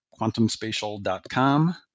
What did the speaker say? quantumspatial.com